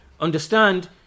understand